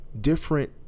different